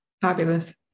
Fabulous